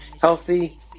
healthy